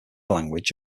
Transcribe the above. language